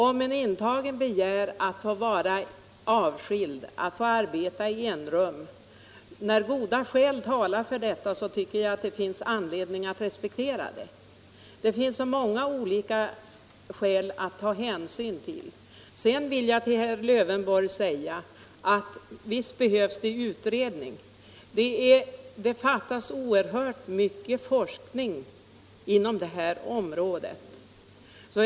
Om en intagen begär att få arbeta i enrum och goda skäl talar för detta, finns det, tycker jag, anledning att respektera det. Det finns många andra skäl att ta hänsyn till. Sedan vill jag till herr Lövenborg säga att visst behövs en utredning. Det fattas oerhört mycket forskning inom detta område.